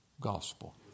gospel